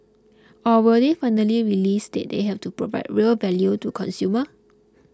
or will they finally realise that they have to provide real value to consumers